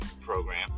program